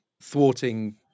thwarting